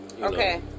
okay